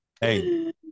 Hey